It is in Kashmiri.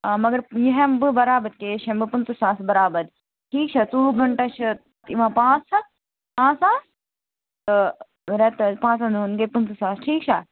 آ مگر یہِ ہٮ۪مہٕ بہٕ برابر کیش ہٮ۪مہٕ بہٕ پٕنٛژٕہ ساس برابر ٹھیٖک چھا ژوٚوُہ گنٛٹن چھِ یِوان پانٛژ ہتھ پانٛژ ساس تہٕ رٮ۪تس پانٛشن دۄہن گٔے پٕنٛژٕہ ساس ٹھیٖک چھا